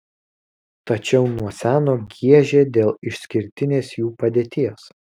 tačiau nuo seno giežė dėl išskirtinės jų padėties